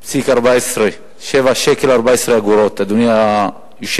7.14, 7 שקלים ו-14 אגורות, אדוני היושב-ראש.